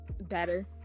better